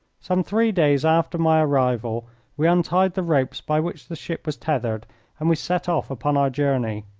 some three days after my arrival we untied the ropes by which the ship was tethered and we set off upon our journey.